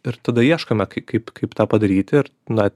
ir tada ieškome kai kaip kaip tą padaryt ir na